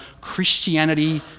Christianity